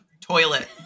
Toilet